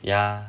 yeah